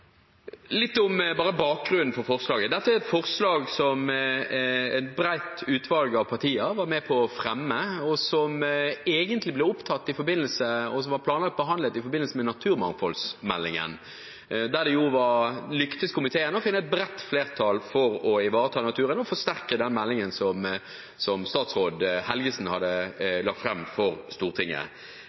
Litt om bakgrunnen for forslaget: Dette er et forslag som et bredt utvalg av partier var med på å fremme, og som egentlig ble fremmet og planlagt behandlet i forbindelse med naturmangfoldmeldingen, der det lyktes komiteen å finne et bredt flertall for å ivareta naturen og forsterke den meldingen som statsråd Helgesen hadde lagt fram for Stortinget.